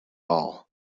all